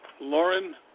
Lauren